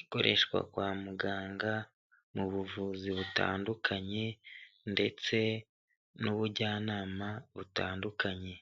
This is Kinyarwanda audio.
ikoreshwa kwa muganga mu buvuzi butandukanye ndetse n'ubujyanama butandukanye.